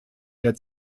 der